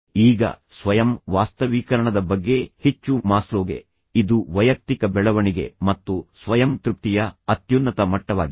ಈಗ ಸ್ವಯಂ ವಾಸ್ತವೀಕರಣದ ಬಗ್ಗೆ ಹೆಚ್ಚುಃ ಮಾಸ್ಲೋ ಗೆ ಇದು ವೈಯಕ್ತಿಕ ಬೆಳವಣಿಗೆ ಮತ್ತು ಸ್ವಯಂ ತೃಪ್ತಿಯ ಅತ್ಯುನ್ನತ ಮಟ್ಟವಾಗಿದೆ